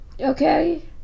okay